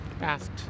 asked